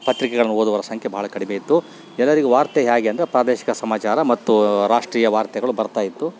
ಪತ್ರಿಕೆಗಳ್ನ ಓದುವವರ ಸಂಖ್ಯೆ ಭಾಳ ಕಡಿಮೆಯಿತ್ತು ಜನರಿಗೆ ವಾರ್ತೆ ಹೇಗೆ ಅಂದರೆ ಪ್ರಾದೇಶಿಕ ಸಮಾಚಾರ ಮತ್ತು ರಾಷ್ಟ್ರೀಯ ವಾರ್ತೆಗಳು ಬರ್ತಾಯಿತ್ತು